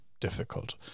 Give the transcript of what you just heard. difficult